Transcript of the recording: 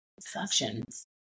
suctions